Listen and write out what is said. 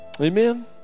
amen